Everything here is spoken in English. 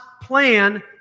plan